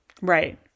Right